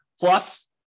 Plus